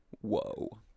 Whoa